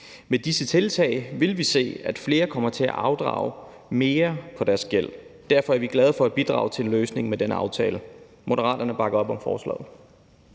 Med disse tiltag vil vi se, at flere kommer til at afdrage mere på deres gæld. Derfor er vi glade for at bidrage til en løsning med denne aftale. Moderaterne bakker op om forslaget.